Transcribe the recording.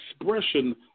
expression